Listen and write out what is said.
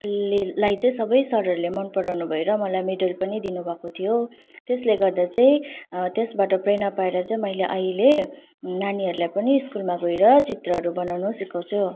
ले लाई चाहिँ सबै सरहरूले मन पराउनु भएर मलाई मेडल पनि दिनु भएको थियो त्यसले गर्दा चाहिँ त्यसबाट प्रेरणा पाएर चाहिँ मैले अहिले नानीहरूलाई पनि स्कुलमा गएर चित्रहरू बनाउनु सिकाउँछु